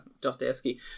Dostoevsky